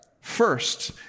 First